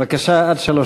בבקשה, עד שלוש דקות.